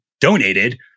donated